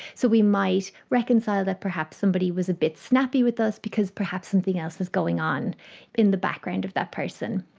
so we might reconcile that perhaps somebody was a bit snappy with us because perhaps something else was going on in the background of that person.